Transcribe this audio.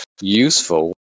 useful